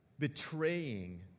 betraying